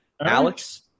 Alex